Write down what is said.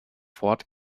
ford